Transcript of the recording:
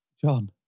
John